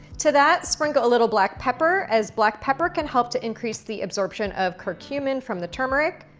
to that sprinkle a little black pepper as black pepper can help to increase the absorption of curcumin from the turmeric.